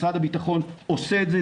משרד הביטחון עושה את זה,